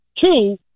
Two